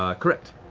um correct.